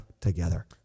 together